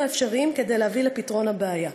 האפשריים כדי להביא לפתרון הבעיה.